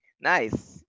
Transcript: nice